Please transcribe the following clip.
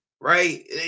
right